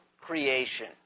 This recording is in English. creation